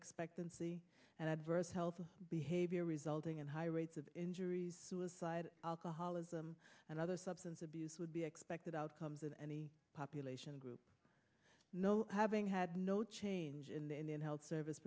expectancy and adverse health behavior resulting in high rates of injury suicide alcoholism and other substance abuse would be expected outcomes of any population group having had no change in the indian health service